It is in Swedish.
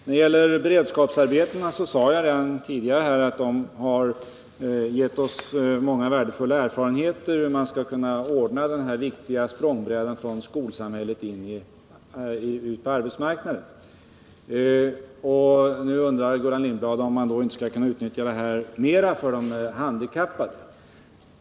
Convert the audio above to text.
När det gäller beredskapsarbetena sade jag redan tidigare att de har gett oss många värdefulla erfarenheter i fråga om hur man skall kunna ordna den här viktiga språngbrädan från skolsamhället ut på arbetsmarknaden. Nu undrar Gullan Lindblad om man inte skall kunna utnyttja den mer för de handikappade.